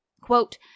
Quote